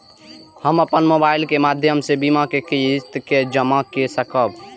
हम अपन मोबाइल के माध्यम से बीमा के किस्त के जमा कै सकब?